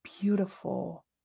beautiful